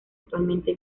actualmente